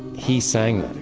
he sang